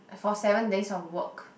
for seven days of work